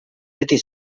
beti